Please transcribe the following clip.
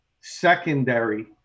secondary